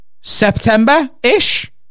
September-ish